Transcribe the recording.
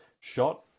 shot